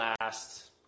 last